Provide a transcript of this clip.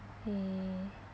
eh